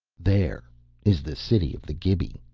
there is the city of the gibi,